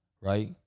Right